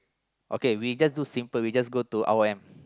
okay we just do simple we just go to R_O_M